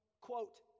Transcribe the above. quote